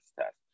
test